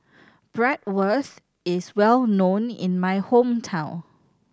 bratwurst is well known in my hometown